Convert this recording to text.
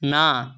না